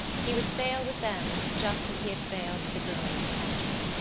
he would fail with them just as he had failed with the girl in the pantry.